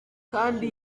kandi